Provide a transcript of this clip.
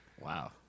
Wow